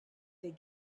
they